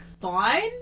fine